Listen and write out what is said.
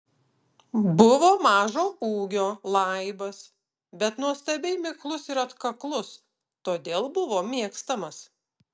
buvo mažo ūgio laibas bet nuostabiai miklus ir atkaklus todėl buvo mėgstamas